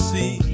See